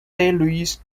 luis